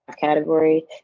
category